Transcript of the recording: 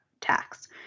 tax